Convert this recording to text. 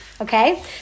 okay